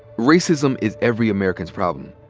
racism is every american's problem.